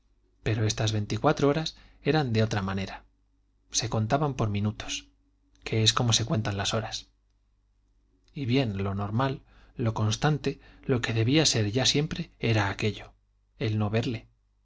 pero estas veinticuatro horas eran de otra manera se contaban por minutos que es como se cuentan las horas y bien lo normal lo constante lo que debía ser ya siempre era aquello el no verle